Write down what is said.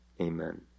amen